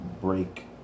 break